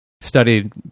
studied